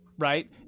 Right